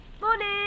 Morning